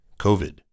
COVID